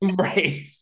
Right